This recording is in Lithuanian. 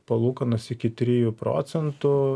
palūkanos iki trijų procentų